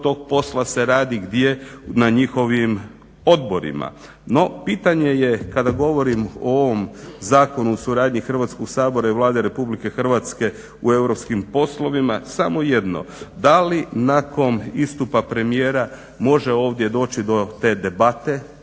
tog posla se radi gdje? Na njihovim odborima. No, pitanje je kada govorim o ovom Zakonu o suradnji Hrvatskog sabora i Vlade Republike Hrvatske u europskim poslovima samo jedno. Da li nakon istupa premijera može ovdje doći do te debate,